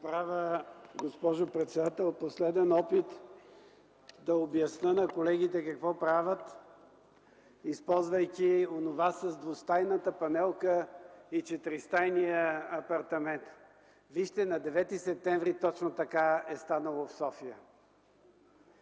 (СК): Госпожо председател, ще направя последен опит да обясня на колегите какво правят, използвайки онова с двустайната панелка и четиристайния апартамент. Вижте, на 9 септември точно така е станало в София